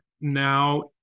now